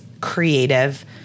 creative